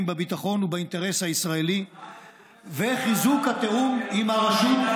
בביטחון ובאינטרס הישראלי וחיזוק התיאום עם הרשות,